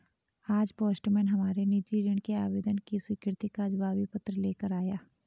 आज पोस्टमैन हमारे निजी ऋण के आवेदन की स्वीकृति का जवाबी पत्र ले कर आया